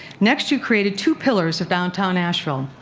next you created two pillars of downtown asheville.